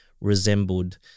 resembled